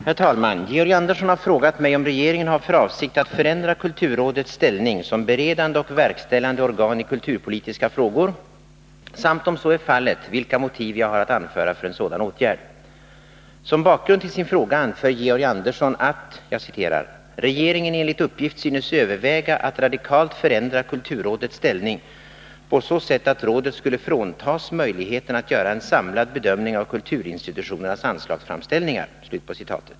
Herr talman! Georg Andersson har frågat mig om regeringen har för avsikt att förändra kulturrådets ställning som beredande och verkställande organ i kulturpolitiska frågor samt — om så är fallet — vilka motiv jag har att anföra för en sådan åtgärd. Som bakgrund till sin fråga anför Georg Andersson att ”regeringen enligt uppgift synes överväga att radikalt förändra kulturrådets ställning på så sätt att rådet skulle fråntas möjligheterna att göra en samlad bedömning av kulturinstitutionernas anslagsframställningar”.